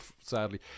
sadly